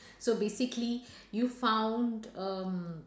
so basically you found um